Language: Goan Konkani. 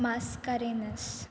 मास्कारेनस